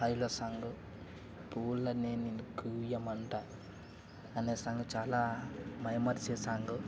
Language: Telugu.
ఐలో సాంగ్ పువ్వులనే నిన్ను కుయ్యమంట అనే సాంగ్ చాలా మైమరిచే సాంగ్